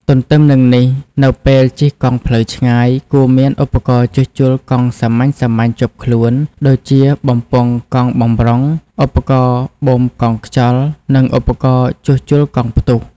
ទទ្ទឹមនឹងនេះ នៅពេលជិះកង់ផ្លូវឆ្ងាយ គួរមានឧបករណ៍ជួសជុលកង់សាមញ្ញៗជាប់ខ្លួន ដូចជា បំពង់កង់បម្រុង ឧបករណ៍បូមកង់ខ្យល់ និងឧបករណ៍ជួសជុលកង់ផ្ទុះ។